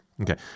Okay